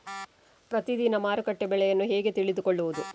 ಪ್ರತಿದಿನದ ಮಾರುಕಟ್ಟೆ ಬೆಲೆಯನ್ನು ಹೇಗೆ ತಿಳಿದುಕೊಳ್ಳುವುದು?